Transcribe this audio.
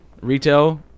retail